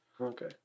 Okay